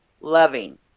loving